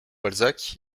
balzac